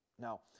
Now